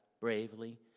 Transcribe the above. bravely